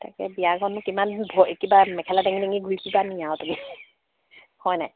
তাকে বিয়াঘৰতনো কিমান কিবা মেখেলা দাঙি দাঙি ঘূৰি ফুৰিবা নি আৰু তুমি হয় নাই